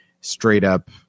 straight-up